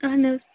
اَہَن حظ